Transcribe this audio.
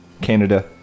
Canada